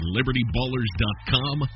LibertyBallers.com